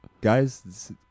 guys